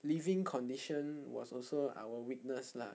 living condition was also our weakness lah